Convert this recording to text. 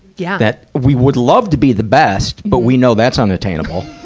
yeah. that, we would love to be the best, but we know that's unattainable.